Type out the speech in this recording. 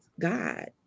God